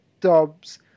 Dobbs